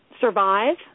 survive